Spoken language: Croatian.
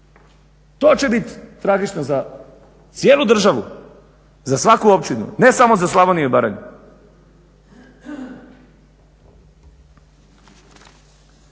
To će bit tragično za cijelu državu, za svaku općinu, ne samo za Slavoniju i Baranju.